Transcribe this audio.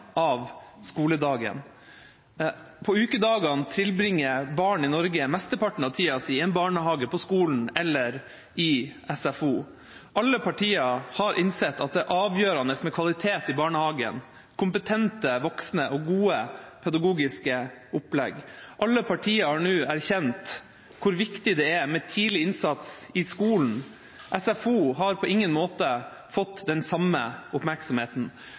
av skoledagen. På ukedagene tilbringer barn i Norge mesteparten av tida si i en barnehage, på skolen eller i SFO. Alle partier har innsett at det er avgjørende med kvalitet i barnehagen, kompetente voksne og gode pedagogiske opplegg. Alle partier har nå erkjent hvor viktig det er med tidlig innsats i skolen. SFO har på ingen måte fått den samme oppmerksomheten.